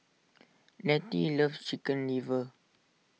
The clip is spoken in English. Letty loves Chicken Liver